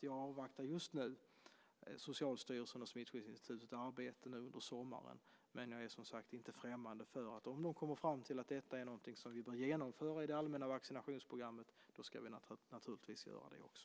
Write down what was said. Jag avvaktar just nu Socialstyrelsens och Smittskyddsinstitutets arbete under sommaren. Men jag är som sagt inte främmande för att vi, om de kommer fram till att detta är någonting som vi bör genomföra i det allmänna vaccinationsprogrammet, naturligtvis ska göra det också.